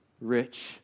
rich